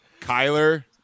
Kyler